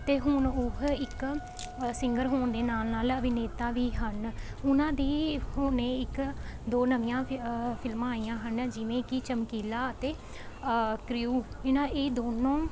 ਅਤੇ ਹੁਣ ਉਹ ਇੱਕ ਸਿੰਗਰ ਹੋਣ ਦੇ ਨਾਲ ਨਾਲ ਅਭਿਨੇਤਾ ਵੀ ਹਨ ਉਹਨਾਂ ਦੀ ਹੁਣੇ ਇੱਕ ਦੋ ਨਵੀਆਂ ਫਿਲਮਾਂ ਆਈਆਂ ਹਨ ਜਿਵੇਂ ਕਿ ਚਮਕੀਲਾ ਅਤੇ ਕ੍ਰਿਯੂ ਇਹਨਾਂ ਇਹ ਦੋਨੋਂ